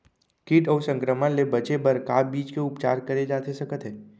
किट अऊ संक्रमण ले बचे बर का बीज के उपचार करे जाथे सकत हे?